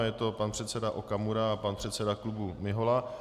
Je to pan předseda Okamura a předseda klubu Mihola.